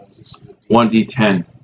1d10